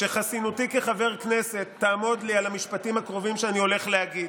שחסינותי כחבר כנסת תעמוד לי על המשפטים הקרובים שאני הולך להגיד,